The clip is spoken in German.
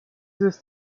dieses